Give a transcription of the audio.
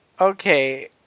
okay